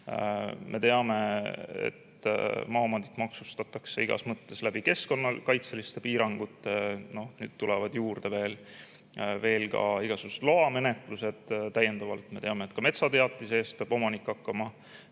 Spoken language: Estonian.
Me teame, et maaomandit maksustatakse igas mõttes keskkonnakaitseliste piirangute kaudu, nüüd tulevad juurde veel ka igasugused loamenetlused täiendavalt. Me teame, et ka metsateatise eest peab omanik hakkama